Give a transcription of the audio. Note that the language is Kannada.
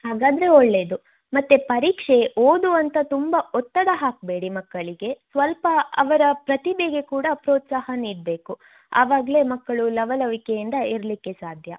ಹಾಗಾದರೆ ಒಳ್ಳೆಯದು ಮತ್ತು ಪರೀಕ್ಷೆ ಓದು ಅಂತ ತುಂಬ ಒತ್ತಡ ಹಾಕಬೇಡಿ ಮಕ್ಕಳಿಗೆ ಸ್ವಲ್ಪ ಅವರ ಪ್ರತಿಭೆಗೆ ಕೂಡ ಪ್ರೋತ್ಸಾಹ ನೀಡಬೇಕು ಆವಾಗಲೇ ಮಕ್ಕಳು ಲವಲವಿಕೆಯಿಂದ ಇರಲಿಕ್ಕೆ ಸಾಧ್ಯ